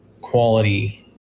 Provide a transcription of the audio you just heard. quality